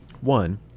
one